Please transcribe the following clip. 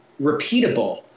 repeatable